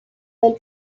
del